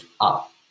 up